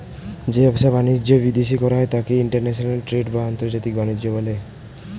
যে ব্যবসা বাণিজ্য বিদেশে করা হয় তাকে ইন্টারন্যাশনাল ট্রেড বা আন্তর্জাতিক বাণিজ্য বলে